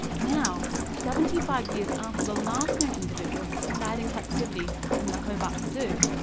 now, seventy five years after the last known individual died in captivity in the hobart zoo,